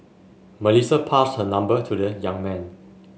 Melissa passed her number to the young man